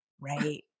Right